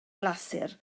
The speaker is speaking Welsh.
glasur